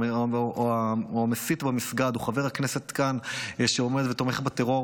או המסית במסגד או חבר הכנסת שעומד כאן ותומך בטרור,